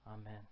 Amen